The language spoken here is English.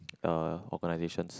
uh organisations